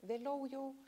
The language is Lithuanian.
vėliau jau